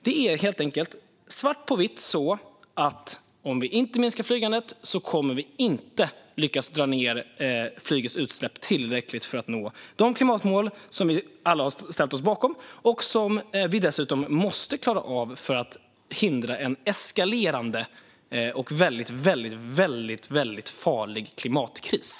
Det är helt enkelt så, svart på vitt, att om vi inte minskar på flygandet kommer vi inte att lyckas minska utsläppen från flyget tillräckligt för att nå de klimatmål som vi alla har ställt oss bakom och som vi måste klara av för att hindra en eskalerande och väldigt farlig klimatkris.